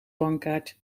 bankkaart